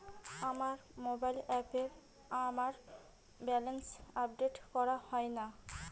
আমার মোবাইল অ্যাপে আমার ব্যালেন্স আপডেট করা হয় না